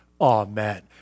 Amen